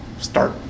start